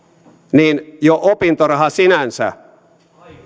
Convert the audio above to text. niin jo opintolaina sinänsä